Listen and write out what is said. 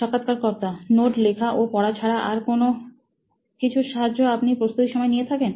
সাক্ষাৎকারকর্তা নোট লেখা ও পড়া ছাড়া আর অন্য কোনো কিছুর সাহায্য আপনি প্রস্তুতির সময় নিয়ে থাকেন